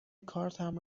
کارتم